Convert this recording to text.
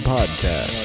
Podcast